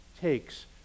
takes